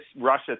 Russia